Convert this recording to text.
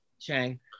chang